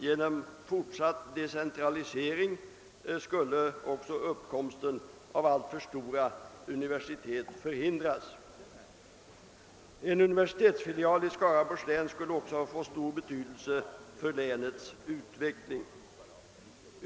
Genom fortsatt decentralisering skulle uppkomsten av allftör stora universitet förhindras. En universitetsfilial i Skaraborgs län skulle också få stor betydelse för länets utveckling.